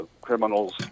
Criminals